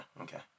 okay